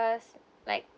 like